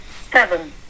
seven